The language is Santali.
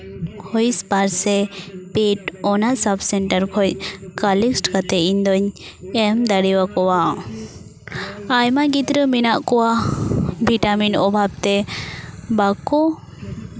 ᱦᱩᱭᱤᱥᱯᱟᱨ ᱥᱮ ᱯᱮᱰ ᱚᱱᱟ ᱥᱟᱵᱽᱼᱥᱮᱱᱴᱟᱨ ᱠᱷᱚᱱ ᱠᱟᱞᱮᱠᱴ ᱠᱟᱛᱮᱫ ᱤᱧ ᱫᱚᱧ ᱮᱢ ᱫᱟᱲᱮᱭᱟᱠᱚᱣᱟ ᱟᱭᱢᱟ ᱜᱤᱫᱽᱨᱟᱹ ᱢᱮᱱᱟᱜ ᱠᱚᱣᱟ ᱵᱷᱤᱴᱟᱢᱤᱱ ᱚᱵᱷᱟᱵᱽᱛᱮ ᱵᱟᱠᱚ